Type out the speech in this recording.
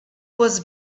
was